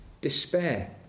Despair